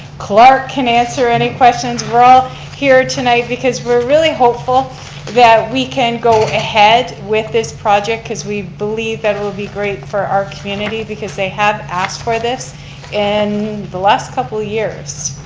clark can answer any questions, we're all here tonight because we're really hopeful that we can go ahead with this project, cause we believe that it would be great for our community, because they have asked for this in the last couple years.